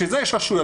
בשביל זה יש רשויות,